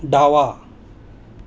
डावा